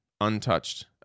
untouched